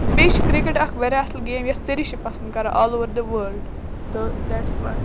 بیٚیہِ چھِ کرٛکَٮ۪ٹ اکھ واریاہ اَصٕل گیم یَتھ سٲری چھِ پَسنٛد کَران آل اوٚوَر دَ وٲلڈٕ تہٕ دیٹٕس وَے